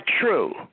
true